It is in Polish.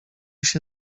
się